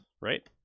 right